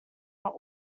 are